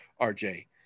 rj